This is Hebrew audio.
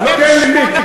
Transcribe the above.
לא, תן למיקי.